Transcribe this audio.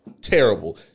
Terrible